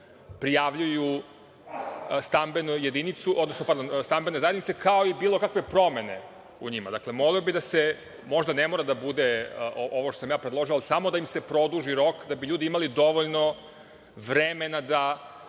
prijavljuju stambenu jedinicu, odnosno, pardon, stambene zajednice, kao i bilo kakve promene u njima. Dakle, molio bih da se, možda ne mora da bude ovo što sam ja predložio, ali samo da im se produži rok da bi ljudi imali dovoljno vremena da